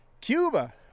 Cuba